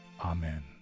Amen